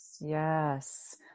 Yes